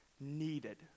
needed